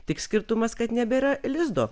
tik skirtumas kad nebėra lizdo